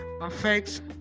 affects